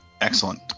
Excellent